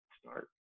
start